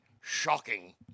Shocking